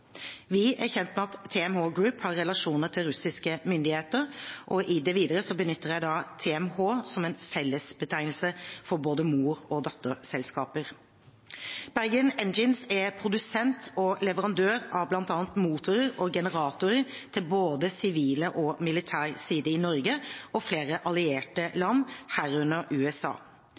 Vi er kjent med at TMH Group har relasjoner til russiske myndigheter. I det videre benytter jeg TMH som en fellesbetegnelse for både mor- og datterselskaper. Bergen Engines er produsent og leverandør av bl.a. motorer og generatorer til både sivil og militær side i Norge og flere allierte land, herunder USA.